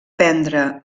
prendre